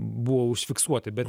buvo užfiksuoti bet